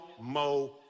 Mo